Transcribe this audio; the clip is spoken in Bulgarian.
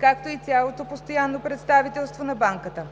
както и цялото Постоянно представителство на Банката.